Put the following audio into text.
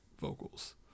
vocals